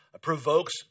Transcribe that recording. provokes